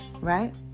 Right